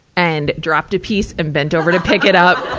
and dropped a piece and bent over to pick it up,